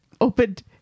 opened